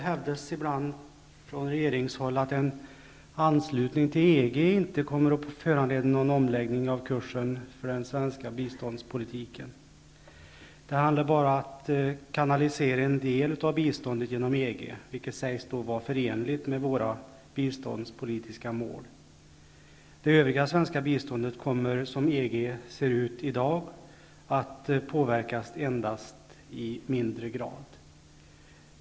Herr talman! Regeringen hävdar att en anslutning till EG inte kommer att föranleda någon omläggning av kursen för den svenska biståndspolitiken. Det handlar bara om att kanalisera en del av biståndet genom EG, vilket sägs vara förenligt med våra biståndspolitiska mål. Det övriga svenska biståndet kommer, som EG ser ut i dag, att påverkas endast i mindre grad.